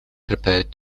prepared